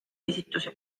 esituse